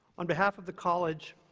on behalf of the college,